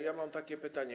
Ja mam takie pytanie.